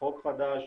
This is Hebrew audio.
חוק חדש,